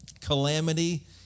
calamity